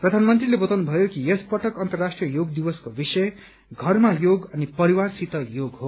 प्रधानमन्त्रीले बताउनु भयो कि यस पटक अन्तर्राष्ट्रीय योग दिवसको विषय घरमा योग अनि परिवारसित योग हो